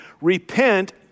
repent